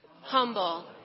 Humble